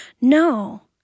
No